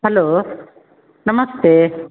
hello ನಮಸ್ತೆ